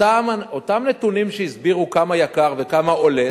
אותם נתונים שהסבירו כמה יקר וכמה עולה,